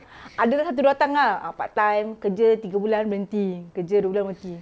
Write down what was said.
ada lah satu dua datang ah ah part time kerja tiga bulan berhenti kerja dua bulan berhenti